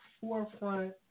forefront